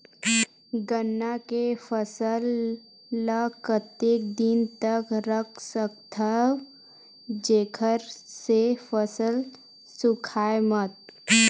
गन्ना के फसल ल कतेक दिन तक रख सकथव जेखर से फसल सूखाय मत?